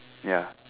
ya